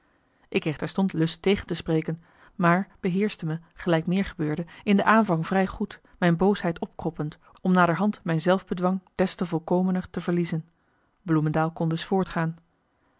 ik kreeg terstond lust tegen te spreken maar beheerschte me gelijk meer gebeurde in de aanvang vrij goed mijn boosheid opkroppend om naderhand mijn zelfbedwang des te volkomener te verliezen bloemendael kon dus voortgaan